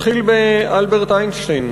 אתחיל באלברט איינשטיין.